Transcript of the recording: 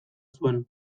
zuen